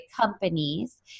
companies